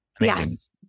Yes